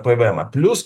pvemą plius